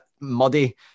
muddy